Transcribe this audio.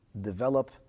develop